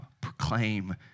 Proclaim